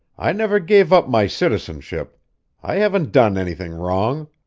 i never gave up my citizenship i haven't done anything wrong.